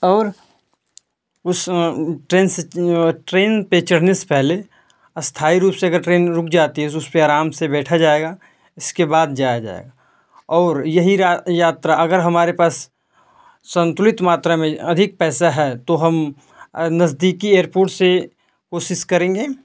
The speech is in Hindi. और उस ट्रेन से ट्रेन पर चढ़ने से पहले स्थायी रूप से अगर ट्रेन रुक जाती है तो उस पर आराम से बैठा जाएगा इसके बाद जाया जाएगा और यही रहा यात्रा अगर हमारे पास संतुलित मात्रा में आधिक पैसा है तो हम नज़दीकी एअरपोर्ट से कोशिश करेंगे